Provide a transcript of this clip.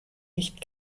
nicht